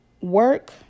work